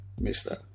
Mr